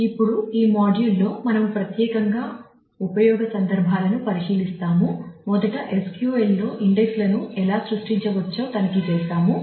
ఇప్పుడు ఈ మాడ్యూల్లో మనము ప్రత్యేకంగా ఉపయోగ సందర్భాలను పరిశీలిస్తాము మొదట SQL లో ఇండెక్స్ లను ఎలా సృష్టించవచ్చో తనిఖీ చేస్తాము